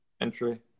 entry